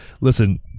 listen